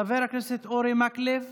חבר הכנסת אורי מקלב